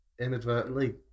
inadvertently